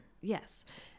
Yes